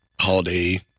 holiday